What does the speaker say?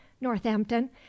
Northampton